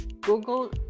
google